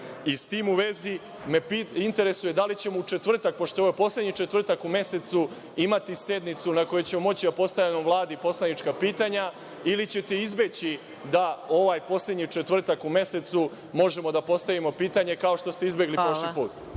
S tim u vezi, me interesuje da li ćemo u četvrtak, pošto je ovo poslednji četvrtak u mesecu imati sednicu na kojoj ćemo moći da postavimo Vladi poslanička pitanja ili ćete izbeći da ovaj poslednji četvrtak u mesecu možemo da postavimo pitanja, kao što ste izbegli prošli put.